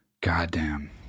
Goddamn